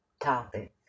topic